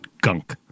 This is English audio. gunk